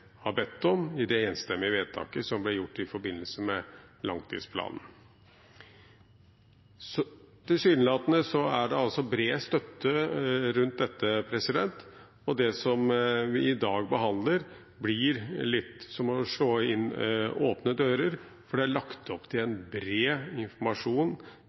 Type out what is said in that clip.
har bedt om i det enstemmige vedtaket som ble gjort i forbindelse med langtidsplanen. Tilsynelatende er det altså bred støtte rundt dette, og det som vi i dag behandler, blir litt som å slå inn åpne dører, for det er lagt opp til